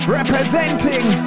Representing